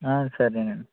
ఆ సరే అండి